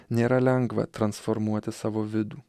nėra lengva transformuoti savo vidų